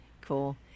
cool